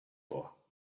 for